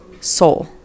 soul